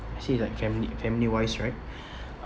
says like family family-wise right